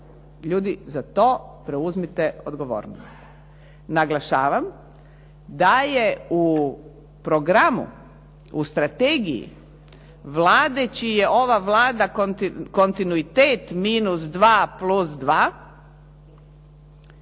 Ljudi, za to preuzmite odgovornost. Naglašavam da je u programu, u strategiji Vlade čiji je ova Vlada kontinuitet minus dva plus